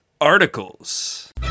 articles